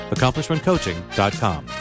AccomplishmentCoaching.com